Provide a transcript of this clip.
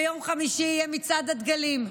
ביום חמישי יהיה מצעד הדגלים,